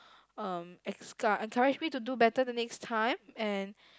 um excou~ encourage me to do better the next time and